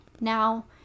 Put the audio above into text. now